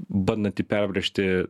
bandanti perbrėžti